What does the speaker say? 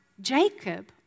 Jacob